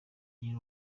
nkiri